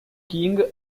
king